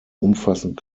umfassend